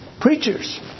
preachers